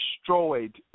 destroyed